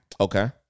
Okay